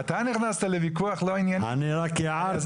אז אני חוזר